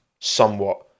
somewhat